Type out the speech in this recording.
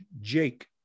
Jake